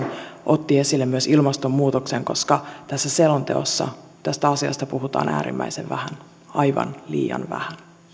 otti esille myös ilmastonmuutoksen koska tässä selonteossa tästä asiasta puhutaan äärimmäisen vähän aivan liian vähän